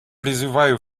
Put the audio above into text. призываю